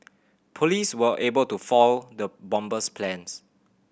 police were able to foil the bomber's plans